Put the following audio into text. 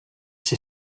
ser